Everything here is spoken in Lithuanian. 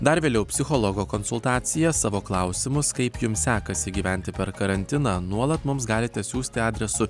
dar vėliau psichologo konsultacija savo klausimus kaip jums sekasi gyventi per karantiną nuolat mums galite siųsti adresu